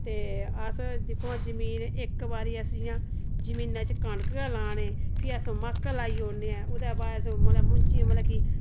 ते अस दिक्खने आं जमीन इक बारी अस इयां जमीनां च कनक के लान्ने फ्ही अस मक्क लाई उड़ने आं ओह्दे बाद मतलब मुंजी मतला कि